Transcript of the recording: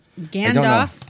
Gandalf